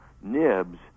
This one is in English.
nibs